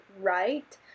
right